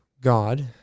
God